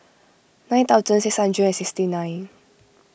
nine thousand six hundred and sixty nine